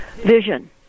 Vision